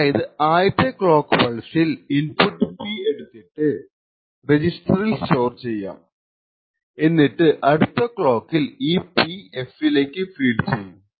അതായത് ആദ്യത്തെ ക്ലോക്ക് പൾസിൽ ഇൻപുട്ട് P എടുത്തിട്ട് റെജിസ്റ്ററിൽ സ്റ്റോർ ചെയ്യാം എന്നിട്ട് അടുത്ത ക്ലോക്കിൽ ഈ P fലേക്ക് ഫെഡ് ചെയ്യും